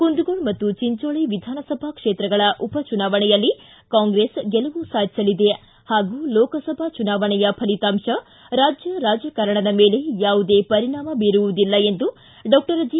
ಕುಂದಗೋಳ ಮತ್ತು ಚಿಂಚೋಳಿ ವಿಧಾನಸಭಾ ಕ್ಷೇತ್ರಗಳ ಉಪಚುನಾವಣೆಯಲ್ಲಿ ಕಾಂಗ್ರೆಸ್ ಗೆಲುವು ಸಾಧಿಸಲಿದೆ ಹಾಗೂ ಲೋಕಸಭಾ ಚುನಾವಣೆಯ ಫಲಿತಾಂತ ರಾಜ್ಯ ರಾಜಕಾರಣದ ಮೇಲೆ ಯಾವುದೇ ಪರಿಣಾಮ ಬೀರುವುದಿಲ್ಲ ಎಂದು ಡಾಕ್ಟರ್ ಜಿ